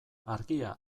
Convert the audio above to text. argia